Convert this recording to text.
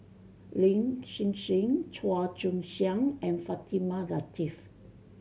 Lin Hsin Hsin Chua Joon Siang and Fatimah Lateef